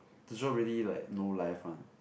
the job really like no life one